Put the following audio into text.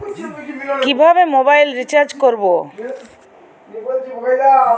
কিভাবে mobile recharge করব?